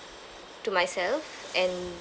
to myself and